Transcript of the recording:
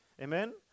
Amen